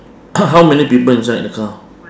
how many people inside the car